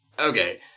okay